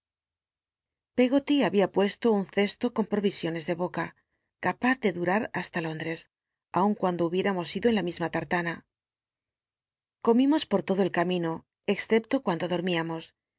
pcggoly había dispuesto un cesto con worisionc's de boca capaz de durar hasta lónch'cs aun cuando amos ido en la misma tartana comimos por todo el camin o excepto cuando dol'míalllos